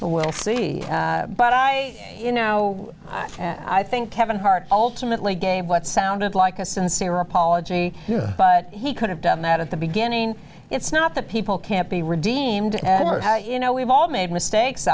the we'll see but i you know i think kevin hart ultimately gave what sounded like a sincere apology but he could have done that at the beginning it's not that people can't be redeemed and how you know we've all made mistakes